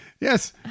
Yes